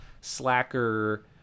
slacker